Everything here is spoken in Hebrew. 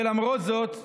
ולמרות זאת,